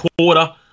quarter